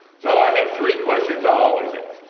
so i have three questions i always and